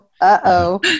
Uh-oh